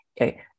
okay